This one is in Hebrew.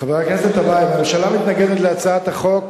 חבר הכנסת טיבייב, הממשלה מתנגדת להצעת החוק,